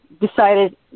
decided